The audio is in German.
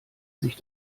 sich